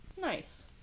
Nice